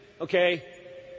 Okay